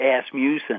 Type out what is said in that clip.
Asmussen